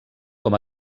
com